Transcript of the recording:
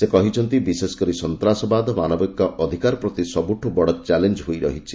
ସେ କହିଛନ୍ତି ବିଶେଷ କରି ସନ୍ତାସବାଦ ମାନବାଧିକାର ପ୍ରତି ସବୁଠୁ ବଡ଼ ଚ୍ୟାଲେଞ୍ଜ ହୋଇ ରହିଛି